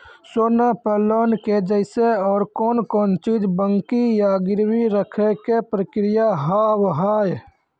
सोना पे लोन के जैसे और कौन कौन चीज बंकी या गिरवी रखे के प्रक्रिया हाव हाय?